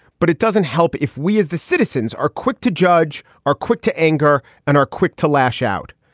but it doesn't help if we, as the citizens are quick to judge, are quick to anger, and are quick to lash out.